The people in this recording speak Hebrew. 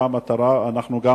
אנחנו גם